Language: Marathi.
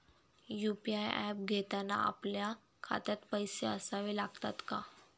यु.पी.आय ऍप घेताना आपल्या खात्यात पैसे असावे लागतात का?